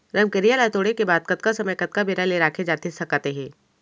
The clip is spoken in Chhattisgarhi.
रमकेरिया ला तोड़े के बाद कतका समय कतका बेरा ले रखे जाथे सकत हे?